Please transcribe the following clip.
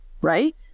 right